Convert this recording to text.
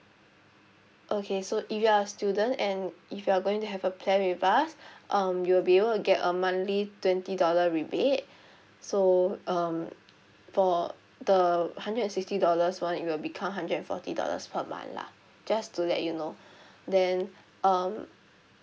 okay so if you are a student and if you're going to have a plan with us um you will be able get a monthly twenty dollar rebate so um for the hundred and sixty dollars [one] it will become hundred and forty dollars per month lah just to let you know then um